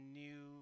new